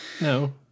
No